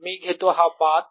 मी घेतो हा पाथ